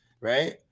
right